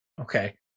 Okay